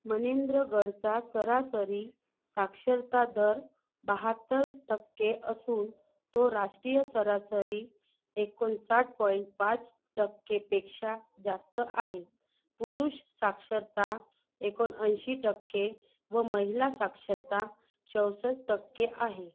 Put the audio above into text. मनेंद्रगढचा सरासरी साक्षरता दर बहात्तर टक्के असून तो राष्ट्रीय सरासरी एकोणसाठ पॉइंट पाच टक्केपेक्षा जास्त आहे पुरुष साक्षरता एकोणऐंशी टक्के व महिला साक्षरता चौसष्ट टक्के आहे